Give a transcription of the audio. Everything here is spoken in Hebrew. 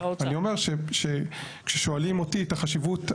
אני אומר שכששואלים אותי את החשיבות,